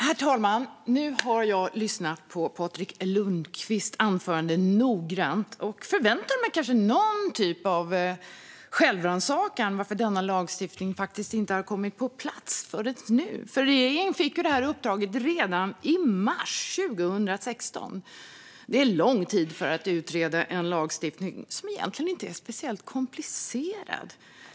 Herr talman! Nu har jag noggrant lyssnat på Patrik Lundqvists anförande och förväntar mig kanske någon typ av självrannsakan när det gäller varför denna lagstiftning inte har kommit på plats förrän nu. Regeringen fick det här uppdraget redan i mars 2016. Det är lång tid för att utreda en lagstiftning som egentligen inte är speciellt komplicerad.